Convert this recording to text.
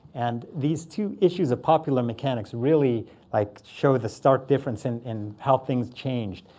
and these two issues of popular mechanics really like show the stark difference in in how things changed.